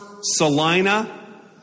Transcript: Salina